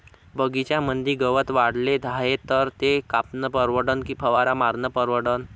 बगीच्यामंदी गवत वाढले हाये तर ते कापनं परवडन की फवारा मारनं परवडन?